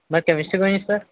but chemistry గురించి sir